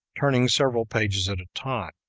turning several pages at a time.